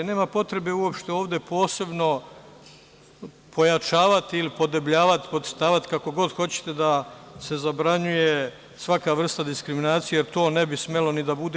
Nema potrebe uopšte ovde posebno pojačavati ili podebljavati, podcrtavat, ili kako god hoćete da se zabranjuje svaka vrsta diskriminacije, jer to ne bi smelo ni da bude.